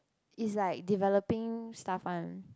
is like developing stuff one